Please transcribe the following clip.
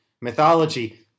mythology